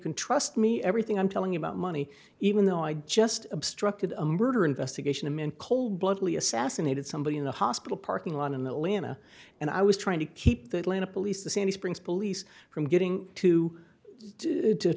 can trust me everything i'm telling about money even though i just obstructed a murder investigation in cold blood we assassinated somebody in the hospital parking lot in the atlanta and i was trying to keep the atlanta police the sandy springs police from getting to